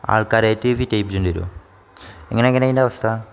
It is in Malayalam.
ആൾക്കാരായിട്ട് വരുമോ നിങ്ങൾ എങ്ങനെ അതിൻ്റെ അവസ്ഥ